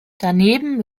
daneben